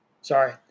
Sorry